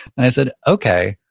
and i said, okay,